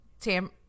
Tam